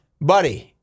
buddy